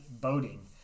boating